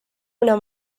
una